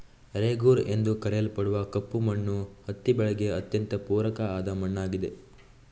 ರೇಗೂರ್ ಎಂದು ಕರೆಯಲ್ಪಡುವ ಕಪ್ಪು ಮಣ್ಣು ಹತ್ತಿ ಬೆಳೆಗೆ ಅತ್ಯಂತ ಪೂರಕ ಆದ ಮಣ್ಣಾಗಿದೆ